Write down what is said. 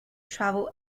travel